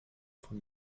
von